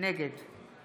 נגד